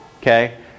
Okay